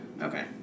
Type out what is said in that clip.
okay